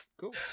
Cool